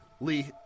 Lee